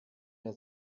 der